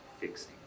fixing